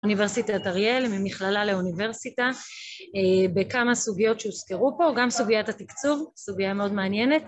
אוניברסיטת אריאל ממכללה לאוניברסיטה בכמה סוגיות שהוזכרו פה, גם סוגיית התקצוב, סוגיה מאוד מעניינת